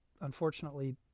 unfortunately